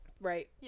Right